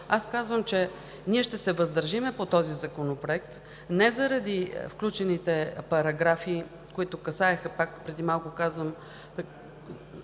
аз казвам, че ние ще се въздържим по този законопроект не заради включените параграфи, които касаят – преди малко